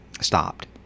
stopped